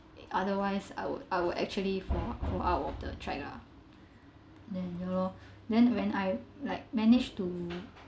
otherwise I would I would actually fall fall out of the track lah then ya lor then when I like managed to